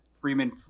Freeman